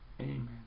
Amen